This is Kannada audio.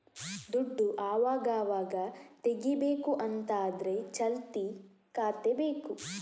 ದುಡ್ಡು ಅವಗಾವಾಗ ತೆಗೀಬೇಕು ಅಂತ ಆದ್ರೆ ಚಾಲ್ತಿ ಖಾತೆ ಬೇಕು